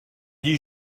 dis